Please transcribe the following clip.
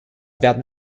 werden